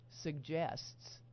suggests